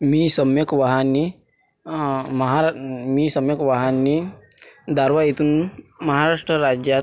मी सम्यक वहाने महा मी सम्यक वहाने दारव्हा येथून महाराष्ट्र राज्यात